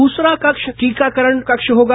द्रस्ता कक्ष टीकाकरण कक्ष होगा